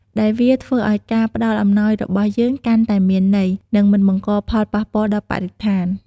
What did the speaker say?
ដែលវាធ្វើឱ្យការផ្តល់អំណោយរបស់យើងកាន់តែមានន័យ និងមិនបង្កផលប៉ះពាល់ដល់បរិស្ថាន។